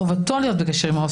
חובתו להיות בקשר עם העובד